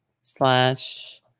Slash